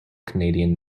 canadian